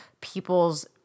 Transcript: people's –